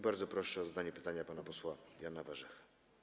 Bardzo proszę o zadanie pytania pana posła Jana Warzechę.